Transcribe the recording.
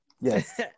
yes